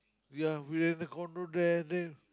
yeah we rent a condo there then